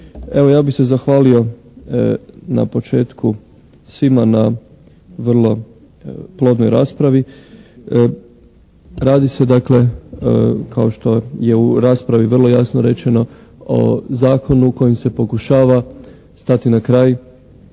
evo ja bi se zahvalio na početku svima na vrlo plodnoj raspravi. Radi se dakle kao što je u raspravi vrlo jasno rečeno o zakonu kojim se pokušava stati na kraj